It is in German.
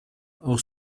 auch